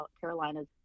Carolinas